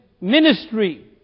ministry